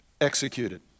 executed